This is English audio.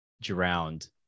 drowned